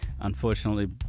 Unfortunately